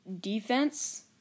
defense